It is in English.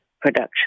production